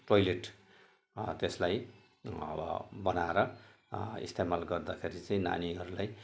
toilet त्यसलाई अब बनाएर इस्तमाल गर्दाखेरि चाहिँ नानीहरूलाई